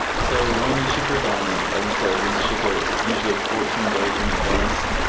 so when we ship your garment, like you said, we ship it usually fourteen days in advance.